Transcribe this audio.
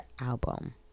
album